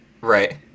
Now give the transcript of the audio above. Right